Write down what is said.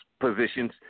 positions